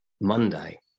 Monday